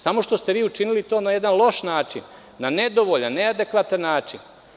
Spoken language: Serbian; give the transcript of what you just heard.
Samo što ste vi učinili to na jedan loš način, na nedovoljan, neadekvatan način.